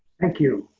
thank you,